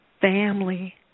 family